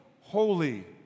holy